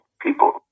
people